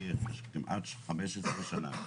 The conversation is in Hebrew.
היא קיימת כבר 15 שנה.